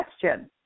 question